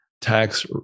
tax